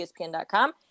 ESPN.com